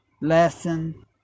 lesson